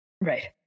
Right